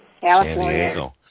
California